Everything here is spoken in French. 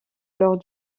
lors